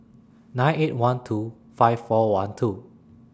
nine eight one two five four one two